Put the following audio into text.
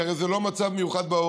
כי הרי זה לא מצב מיוחד בעורף,